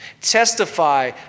testify